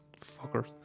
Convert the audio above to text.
fuckers